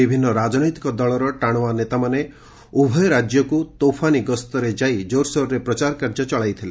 ବିଭିନ୍ନ ରାଜନୈତିକ ଦଳର ଟାଣୁଆ ନେତାମାନେ ଉଭୟ ରାଜ୍ୟକୁ ତୋଫାନୀ ଗସ୍ତରେ ଯାଇ ଜୋରସୋରରେ ପ୍ରଚାର କାର୍ଯ୍ୟ ଚଳାଇଥିଲେ